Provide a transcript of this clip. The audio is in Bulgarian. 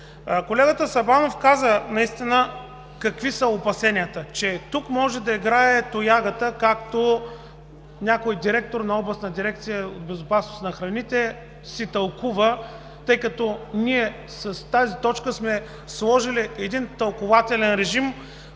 Колегата Сабанов каза наистина какви са опасенията, че тук може да играе тоягата, както някой директор на областна дирекция по безопасност на храните си тълкува, тъй като ние с тази точка сме сложили един тълкувателен режим